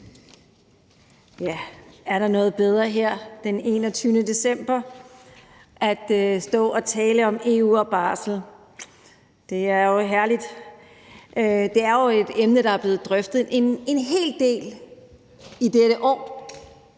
Tak. Er der noget bedre her den 21. december end at stå og tale om EU og barsel. Det er jo herligt. Det er et emne, der er blevet drøftet en hel del i dette år,